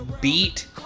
beat